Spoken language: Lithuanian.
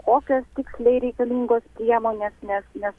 kokios tiksliai reikalingos priemonės nes nes